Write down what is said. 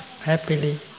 happily